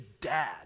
Dad